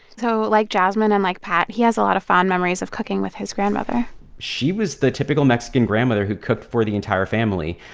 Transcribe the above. so like jasmine and like pat, he has a lot of fond memories of cooking with his grandmother she was the typical mexican grandmother who cooked for the entire family.